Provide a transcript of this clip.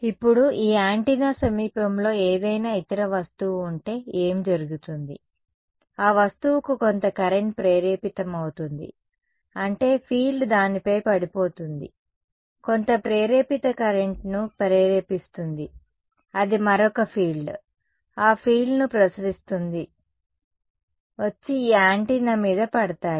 ఇప్పుడు ఈ యాంటెన్నా సమీపంలో ఏదైనా ఇతర వస్తువు ఉంటే ఏమి జరుగుతుంది ఆ వస్తువుకు కొంత కరెంట్ ప్రేరేపితమవుతుంది అంటే ఫీల్డ్ దానిపై పడిపోతుంది కొంత ప్రేరేపిత కరెంట్ను ప్రేరేపిస్తుంది అది మరొక ఫీల్డ్ ఆ ఫీల్డ్ను ప్రసరిస్తుంది వచ్చి ఈ యాంటెన్నా మీద పడతాయి